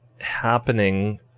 happening